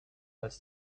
als